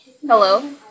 Hello